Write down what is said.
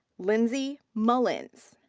lindsay mullins.